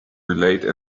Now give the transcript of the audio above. relate